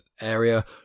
area